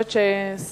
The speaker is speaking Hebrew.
המאלפת שנתת,